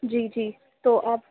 جی جی تو آپ